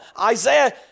Isaiah